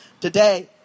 today